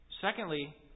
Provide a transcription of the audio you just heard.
Secondly